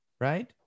right